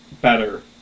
better